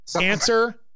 answer